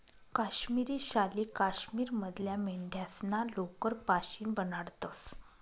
काश्मिरी शाली काश्मीर मधल्या मेंढ्यास्ना लोकर पाशीन बनाडतंस